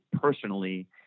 personally